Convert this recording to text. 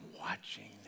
watching